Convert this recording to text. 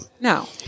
No